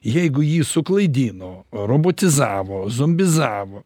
jeigu jį suklaidino robotizavo zombizavo